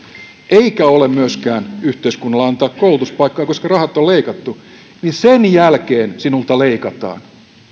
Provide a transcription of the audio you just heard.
eikä ole myöskään yhteiskunnalla antaa koulutuspaikkaa koska rahat on leikattu niin sen jälkeen sinulta leikataan